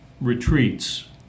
retreats